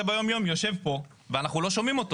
ביום יום יושב פה ואנחנו לא שומעים אותו.